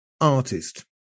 artist